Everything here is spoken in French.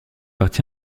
partie